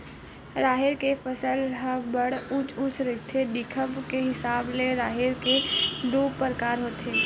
राहेर के फसल ह बड़ उँच उँच रहिथे, दिखब के हिसाब ले राहेर के दू परकार होथे